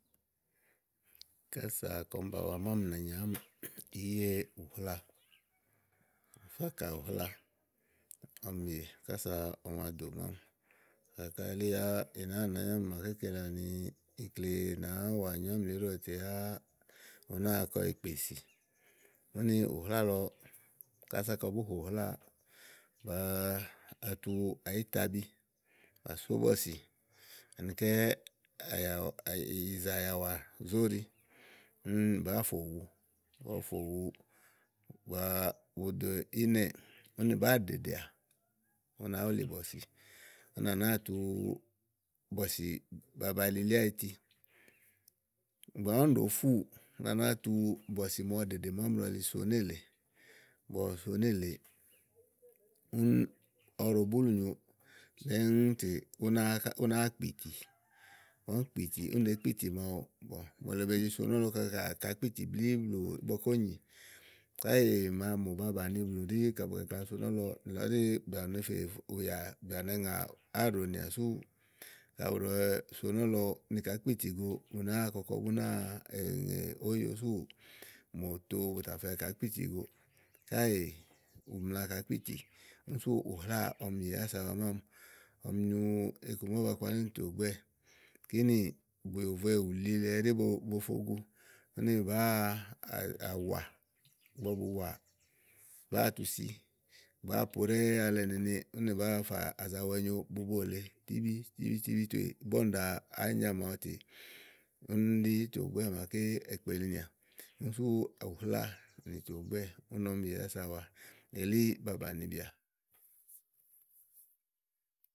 Kása kɔɔ̀m ba wa mámi náanyà àá mi, ìí ye ùhláa ìí fa kàa ùhláa, ɔmi yè kása ɔmi wa dò mámi kaɖí káɖí elí yá ì nàáa nɛ̀ ányi mámi màaké kele àni ikle wèe nàáá mi wàa nyo ámìlíɖo lèe tè yá ù nàáa kɔ ìkpèsì. úni ùhláa lɔ kása kɔ bú bo hò ùhláa, bàáa àtu àyítabi bà só bɔ̀sì anikɛ́ ìyìzà àyàwà zóɖi úni bàáa fò wu, ígbɔ bu fò wu wa wu dò ínɛ̀ɛ úni bàáa ɖèɖèà ú nàá wulì bɔ̀sì. úni à nàáa tu bɔ̀sì baba yili li áyíti ìgbè màa úni ɖòo fúù úni à nàáa tu bɔ̀sì màa ɔwɔ ɖèɖè màa ɔwɔ ne so nélèe, ígbɔ ɔwɔ so nélèe, úni ɔwɔ ɖòo búlùnyo ɖɛ́ŋúú tè ú náa ka ú náa kpítì, igbɔ úni kpìtì, úni ɖèé kpìtì màaɖu mòole be zi so nɔ̀lɔ kàá kpitì blíì blù ígbɔké úni nyì. Káèè màa mò ba bàni blù ɖí ka bù gagla so nɔ̀lɔ nìlɔ ɖí bìà ŋà fée ùyà bìà ba ŋà áàɖo nìà sú kayi bù gagla so nɔlɔ ni kàá kpitì go ù nàáa kɔkɔ bú náaa ŋè óyo súù, mò tòo bù tà fɛ kɔ kàá kpitì gòo káèè ù mla kàá kpitì úni súù ùhláa úni ɔmi yè kása ɔmi, wa mámi ɔmi nyu iku ma ówó ba kpalí ni tògbɛ́ɛ̀ kínì bùyòvoè ùli le ɛɖí bo bo fo gu úni bàáa àwà, ígbɔ bu wàà, bàáa tu si bàáa po ɖɛ́ɛ́ alɛ nèene úni bàáa fà àza wɛnyo bubo lèe tíbí tíbí tíbí tè ígbɔ úni ɖo á nya màaɖu tè úni ɖí tògbɛ́ɛ màa èkpelinìà úni sú ùhláa nì tò gbɛ́ɛ úni ɔmi yè ása wa elí ba bànibìà.